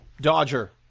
Dodger